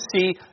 see